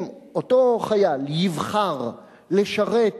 אם אותו חייל יבחר לשרת בהמשך,